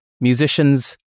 Musicians